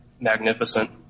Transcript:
magnificent